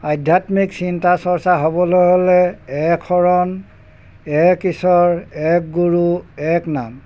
আধ্যাত্মিক চিন্তা চৰ্চা হ'বলৈ হ'লে এক শৰণ এক ঈশ্বৰ এক গুৰু এক নাম